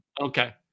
Okay